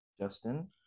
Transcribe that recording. Justin